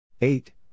Eight